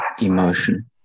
emotion